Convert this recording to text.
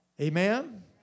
Amen